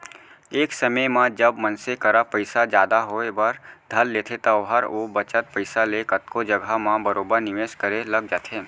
एक समे म जब मनसे करा पइसा जादा होय बर धर लेथे त ओहर ओ बचत पइसा ले कतको जघा म बरोबर निवेस करे लग जाथे